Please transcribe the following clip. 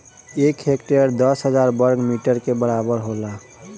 एक हेक्टेयर दस हजार वर्ग मीटर के बराबर होला